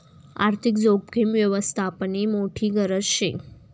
आर्थिक जोखीम यवस्थापननी मोठी गरज शे